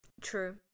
True